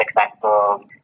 successful